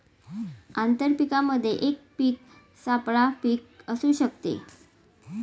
आंतर पीकामध्ये एक पीक सापळा पीक असू शकते